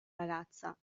ragazza